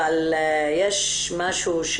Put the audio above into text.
אבל יש משהו,